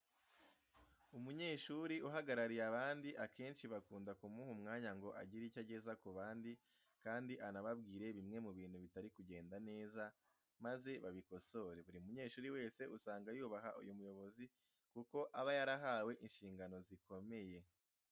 Umunyeshuri uhagarariye abandi akenshi bakunda kumuha umwanya ngo agire icyo ageze ku bandi kandi anababwire bimwe mu bintu bitari kugenda neza maze babikosore. Buri munyeshuri wese usanga yubaha uyu muyobozi kuko aba yarahawe inshingano zikomeye.